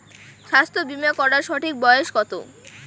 স্বাস্থ্য বীমা করার সঠিক বয়স কত?